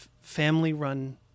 family-run